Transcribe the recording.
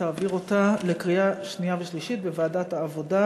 ותעביר אותה להכנה לקריאה שנייה ושלישית בוועדת העבודה,